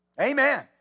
Amen